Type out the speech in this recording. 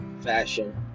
fashion